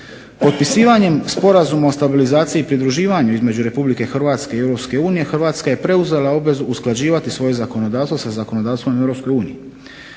Potpisivanjem Sporazuma o stabilizaciji i pridruživanju između Republike Hrvatske i Europske unije, Hrvatska je preuzela obvezu usklađivati svoje zakonodavstvo sa zakonodavstvom